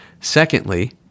Secondly